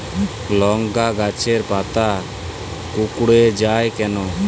লংকা গাছের পাতা কুকড়ে যায় কেনো?